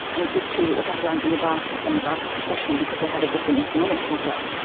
and it is true that the catalans and the basques, and the basques especially because they have a different economic setup,